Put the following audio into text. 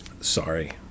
sorry